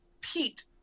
Pete